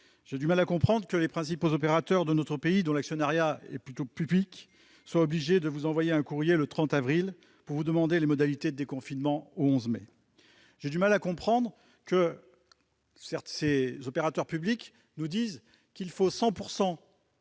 je peine à comprendre que les principaux opérateurs de notre pays, dont l'actionnariat est plutôt public, soient obligés de vous envoyer un courrier le 30 avril pour vous demander les modalités de déconfinement au 11 mai. Ces opérateurs publics indiquent qu'il faut 100